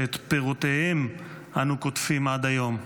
ואת פירותיהם אנו קוטפים עד היום.